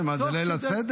מה זה, ליל הסדר?